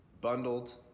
bundled